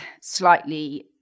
slightly